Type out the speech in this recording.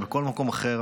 או בכל מקום אחר,